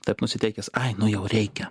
taip nusiteikęs ai nu jau reikia